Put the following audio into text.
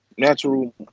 natural